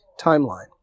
timeline